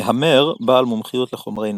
מהמר בעל מומחיות לחומרי נפץ.